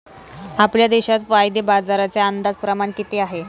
आपल्या देशात वायदे बाजाराचे अंदाजे प्रमाण किती आहे?